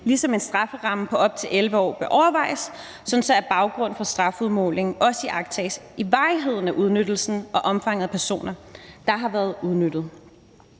ligesom en strafferamme på op til 11 år bør overvejes, sådan at baggrunden for strafudmåling også iagttages i varigheden af udnyttelsen og omfanget af personer, der har været udnyttet.